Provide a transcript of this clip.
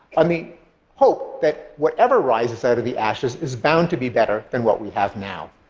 on the hope that whatever rises out of the ashes is bound to be better than what we have now.